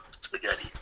spaghetti